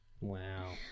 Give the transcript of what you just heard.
Wow